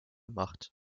macht